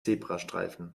zebrastreifen